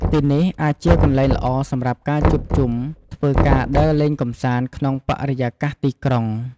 ទីនេះអាចជាកន្លែងល្អសម្រាប់ការជួបជុំ ធ្វើការដើរលេងកម្សាន្តក្នុងបរិយាកាសទីក្រុង។